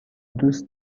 دوست